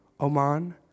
Oman